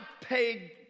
paid